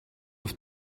auf